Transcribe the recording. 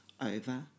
over